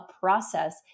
process